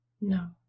No